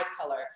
color